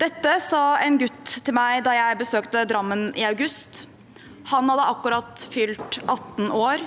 Dette sa en gutt til meg da jeg besøkte Drammen i august. Han hadde akkurat fylt 18 år,